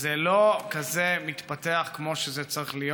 זה לא מתפתח כמו שזה צריך להיות.